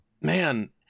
Man